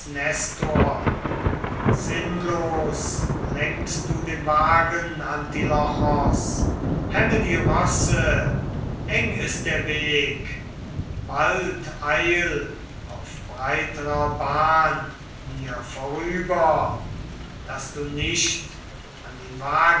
sinnlos lenkst du den wagen antilochos hemme die rosse eng ist der weg bald eil auf breiterer bahn mir vorüber daß du nicht an den wagen